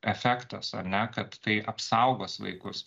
efektas ar ne kad tai apsaugos vaikus